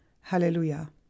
hallelujah